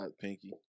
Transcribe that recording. Pinky